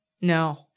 No